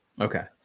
Okay